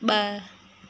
ब॒